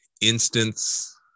instance